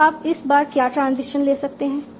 अब आप इस बार क्या ट्रांजिशन ले सकते हैं